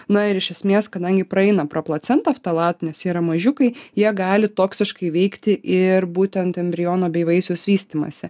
na ir iš esmės kadangi praeina pro placentą ftalatai nes jie yra mažiukai jie gali toksiškai veikti ir būtent embriono bei vaisiaus vystymąsi